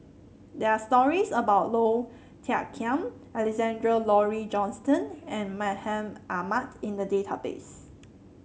there are stories about Low Thia Khiang Alexander Laurie Johnston and Mahmud Ahmad in the database